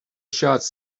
shots